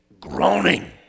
Groaning